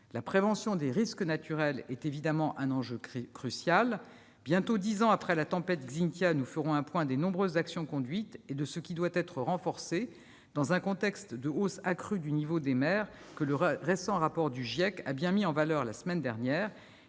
La prévention des risques naturels est évidemment un enjeu crucial. Bientôt dix ans après la tempête Xynthia, nous ferons un point des nombreuses actions conduites et de ce qui doit être renforcé dans un contexte de hausse accrue du niveau des mers que le récent rapport du GIEC a bien mis en valeur la semaine dernière.